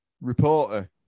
reporter